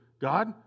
God